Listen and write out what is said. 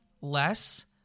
less